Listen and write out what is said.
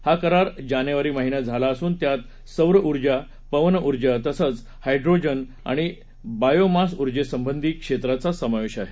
हा करार जानेवारी महिन्यात झाला असून त्यात सौर ऊर्जा पवन ऊर्जा तसंच हॉयड्रोजन आणि बायोमास ऊर्जेसंबंधी क्षेत्राचा समावेश आहे